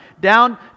down